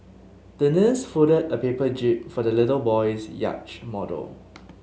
the nurse folded a paper jib for the little boy's yacht model